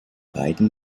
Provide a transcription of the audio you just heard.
beiden